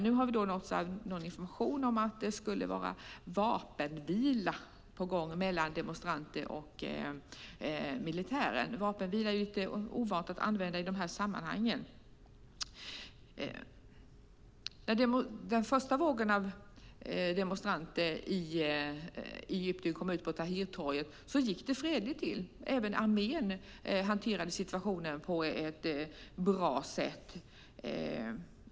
Vi har fått information om att det är vapenvila på gång mellan demonstranter och militär. Det är ju ovant att tala om vapenvila i de här sammanhangen. När den första vågen av demonstranter kom ut på Tahrirtorget i Egypten gick det fredligt till. Även armén hanterade situationen på ett bra sätt.